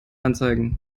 anzeigen